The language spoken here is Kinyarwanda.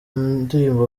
ndirimbo